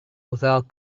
without